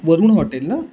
Varun hotel ना